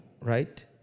right